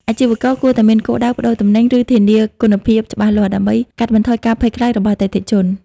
អាជីវករគួរមានគោលការណ៍ ប្ដូរទំនិញ ឬធានាគុណភាព ច្បាស់លាស់ ដើម្បីកាត់បន្ថយការភ័យខ្លាចរបស់អតិថិជន។